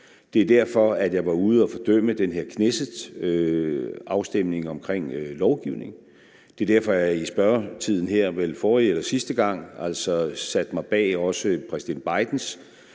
Det er derfor, at jeg var ude at fordømme den her Knessetafstemning omkring lovgivning. Det er derfor, jeg i spørgetiden her forrige eller sidste gang satte mig bag også præsident Bidens